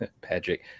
Patrick